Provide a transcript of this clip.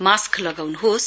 mask लगाउनुहोस्